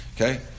Okay